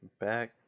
back